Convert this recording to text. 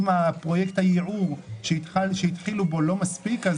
אם פרויקט הייעור שהתחילו בו לא מספיק,